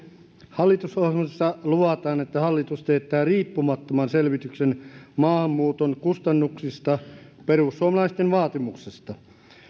hallitusohjelmassa luvataan että hallitus teettää riippumattoman selvityksen maahanmuuton kustannuksista perussuomalaisten vaatimuksesta